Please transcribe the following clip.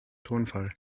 tonfall